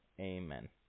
Amen